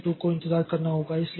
तो c2 को इंतजार करना होगा